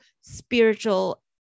spiritual